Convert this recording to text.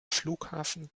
flughafen